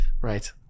Right